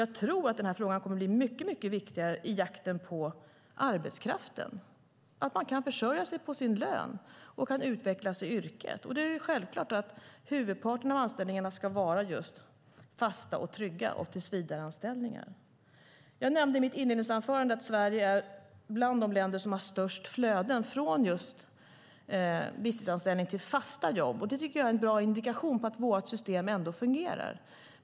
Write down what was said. Jag tror att den här frågan kommer att bli mycket viktig i jakten på arbetskraft. Man ska kunna försörja sig på sin lön och utvecklas inom yrket. Då är det självklart att huvudparten av anställningarna ska vara just fasta och trygga, alltså tillsvidareanställningar. Jag nämnde i mitt första inlägg att Sverige tillhör de länder som har de största flödena från visstidsanställningar till fasta jobb. Det tycker jag är en bra indikation på att vårt system trots allt fungerar.